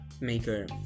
maker